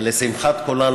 ולשמחת כולנו,